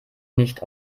nicht